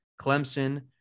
Clemson